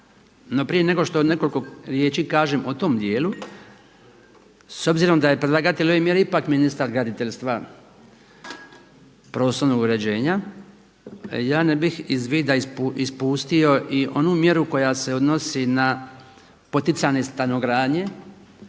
No prije nego što nekoliko riječi kažem o tom dijelu, s obzirom da je predlagatelj ove mjere ipak ministar graditeljstva prostornog uređenja, ja ne bih iz vida ispustio i onu mjeru koja se odnosi na poticanje stanogradnje